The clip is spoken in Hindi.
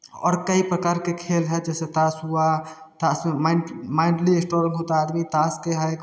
और कई प्रकार के खेल हैं जैसे ताश हुआ ताश में मैंटली इश्ट्राँग होता है आदमी ताश के